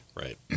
right